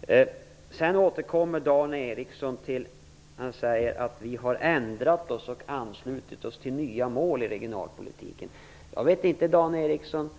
Dan Ericsson återkommer till att vi skulle ha ändrat oss och anslutit oss till nya mål i regionalpolitiken. Jag vet inte, Dan Ericsson,